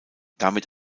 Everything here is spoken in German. damit